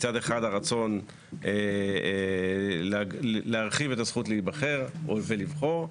מצד אחד הרצון להרחיב את הזכות להיבחר ולבחור,